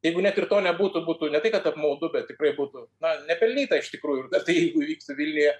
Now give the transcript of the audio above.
jeigu net ir to nebūtų būtų ne tai kad apmaudu bet tikrai būtų na nepelnyta iš tikrųjų tai jeigu vyksta vilniuje